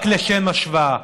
רק לשם השוואה,